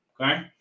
Okay